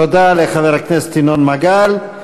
תודה לחבר הכנסת ינון מגל.